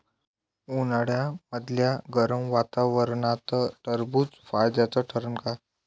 उन्हाळ्यामदल्या गरम वातावरनात टरबुज फायद्याचं ठरन का?